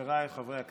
חבריי חברי הכנסת,